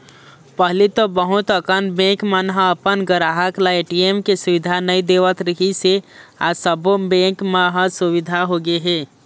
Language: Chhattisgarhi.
पहिली तो बहुत अकन बेंक मन ह अपन गराहक ल ए.टी.एम के सुबिधा नइ देवत रिहिस हे आज सबो बेंक म ए सुबिधा होगे हे